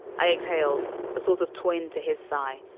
i exhaled a sort of twin to his sigh,